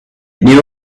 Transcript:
knew